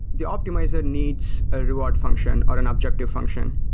the optimizer needs a reward function or an objective function.